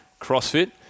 CrossFit